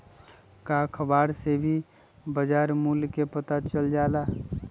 का अखबार से भी बजार मूल्य के पता चल जाला?